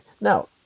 now